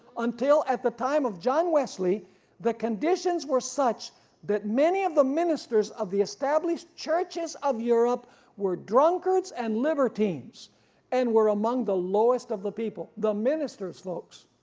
until at the time of john wesley the conditions were such that many of the ministers of the established churches of europe were drunkards and liver teams and were among the lowest of the people, the minister's folks,